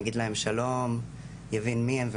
יגיד להם שלום ויבין מיהם,